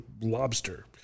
Lobster